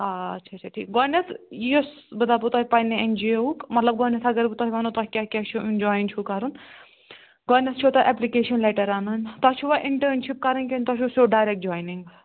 آ اچھا اچھا ٹھیٖک گۄڈنیٚتھ یُس بہٕ دَپو تۄہہِ پَننہِ ایٚن جی او ہُک مَطلَب گۄڈنیٚتھ اگر بہٕ تۄہہِ ونو تۄہہِ کیاہ کیاہ چھو جۄین چھو کَرُن گۄڈنیٚتھ چھو تۄہہِ ایٚپلِکیشن لیٚٹڑ اَنن تۄہہِ چھوَ انٹرنشپ کرنۍ کنہ تۄہہ چھو سیوٚد ڈایریٚک جۄینِنٛگ